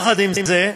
יחד עם זה,